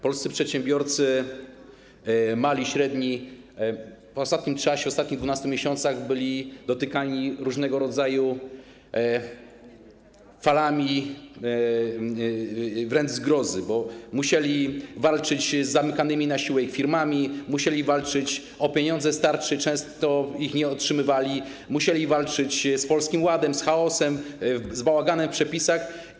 Polscy przedsiębiorcy, mali i średni, w ostatnim czasie, w ostatnich 12 miesiącach byli dotykani różnego rodzaju wręcz falami zgrozy, bo musieli walczyć z zamykaniem na siłę ich firm, musieli walczyć o pieniądze z tarczy, często ich nie otrzymywali, musieli walczyć z Polskim Ładem, z chaosem, z bałaganem w przepisach.